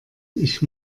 ich